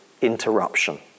interruption